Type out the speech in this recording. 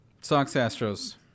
Sox-Astros